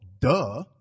Duh